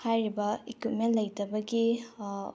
ꯍꯥꯏꯔꯤꯕ ꯏꯀ꯭ꯋꯤꯞꯃꯦꯟ ꯂꯩꯇꯕꯒꯤ